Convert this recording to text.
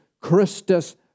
Christus